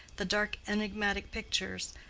the dark enigmatic pictures,